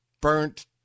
burnt